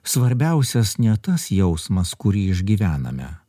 svarbiausias ne tas jausmas kurį išgyvename